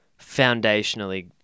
Foundationally